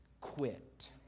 quit